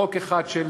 חוק אחד של